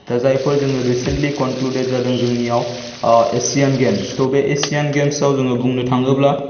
दा जायफोर जोङो रिसोन्टलि कनक्लुडेट जादों जोंनियाव एसियान गेम्स त' बे एसियान गेम्सआव जोङो बुंनो थाङोब्ला